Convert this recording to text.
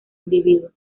individuo